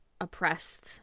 oppressed